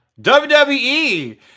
WWE